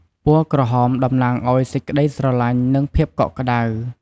ពណ៌ក្រហម តំណាងឲ្យ សេចក្តីស្រឡាញ់ និង ភាពកក់ក្តៅ។